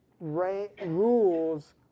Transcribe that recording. rules